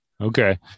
Okay